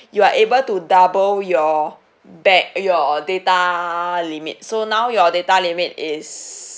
you are able to double your back your data limit so now your data limit is